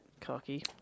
Cocky